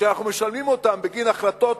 שאנחנו משלמים אותם בגין החלטות